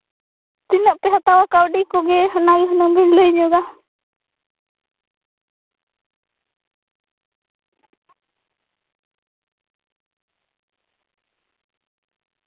ᱛᱤᱱᱟᱹᱜ ᱯᱮ ᱦᱟᱛᱟᱣᱟ ᱠᱟᱹᱣᱰᱤ ᱠᱚᱜᱮ ᱦᱩᱱᱟᱹᱝ ᱦᱩᱱᱟᱹᱝ ᱵᱮᱱ ᱞᱟᱹᱭ ᱧᱚᱜᱟ